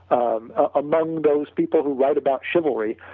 um among those people who write about chivalry,